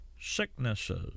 sicknesses